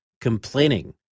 complaining